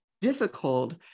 difficult